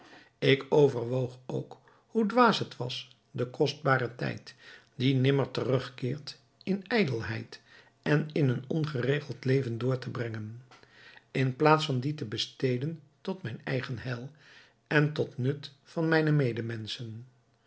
ik overwoog ook hoe dwaas het was den kostbaren tijd die nimmer terugkeert in ijdelheid en in een ongeregeld leven door te brengen in plaats van die te besteden tot mijn eigen heil en tot nut van mijne medemenschen